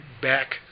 back